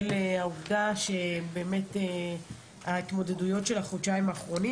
לאור ההתמודדויות בחודשיים האחרונים.